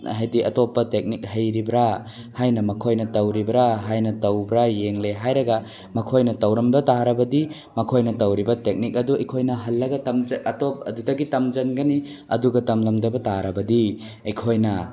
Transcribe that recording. ꯍꯥꯏꯗꯤ ꯑꯇꯣꯞꯄ ꯇꯦꯛꯅꯤꯛ ꯍꯩꯔꯤꯕ꯭ꯔ ꯍꯥꯏꯅ ꯃꯈꯣꯏꯅ ꯇꯧꯔꯤꯕ꯭ꯔ ꯍꯥꯏꯅ ꯇꯧꯕ꯭ꯔ ꯌꯦꯡꯂꯦ ꯍꯥꯏꯔꯒ ꯃꯈꯣꯏꯅ ꯇꯧꯔꯝꯕ ꯇꯥꯔꯕꯗꯤ ꯃꯈꯣꯏꯅ ꯇꯧꯔꯤꯝꯕ ꯇꯦꯛꯅꯤꯛ ꯑꯗꯨ ꯑꯩꯈꯣꯏꯅ ꯍꯜꯂꯒ ꯑꯗꯨꯗꯒꯤ ꯇꯝꯁꯤꯟꯒꯅꯤ ꯑꯗꯨꯒ ꯇꯝꯂꯝꯗꯕ ꯇꯥꯔꯕꯗꯤ ꯑꯩꯈꯣꯏꯅ